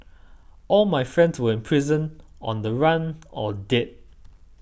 all my friends were in prison on the run or dead